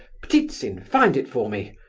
ptitsin! find it for me.